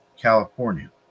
California